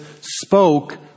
spoke